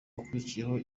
wakurikiye